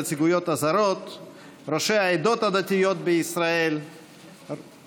נצליח לעשות את זה כבר בחודש הקרוב של מושב